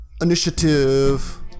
initiative